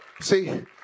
See